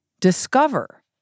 Discover